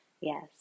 Yes